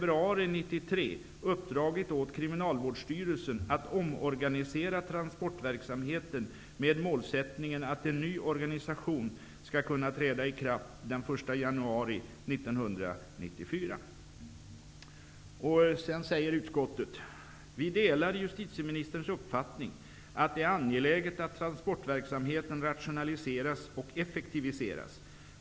uppdragit åt Kriminalvårdsstyrelsen att omorganisera transportverksamheten med målsättningen att en ny organisation skall kunna träda i kraft den 1 januari 1994. -- Utskottet delar justitieministerns uppfattning att det är angeläget att transportverksamheten rationaliseras och effektiviseras.